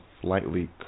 slightly